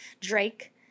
Drake